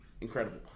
incredible